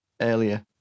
earlier